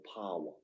power